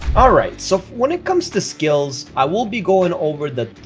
all right, so when it comes to skills, i will be going over the,